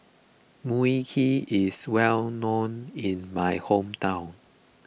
Mui Kee is well known in my hometown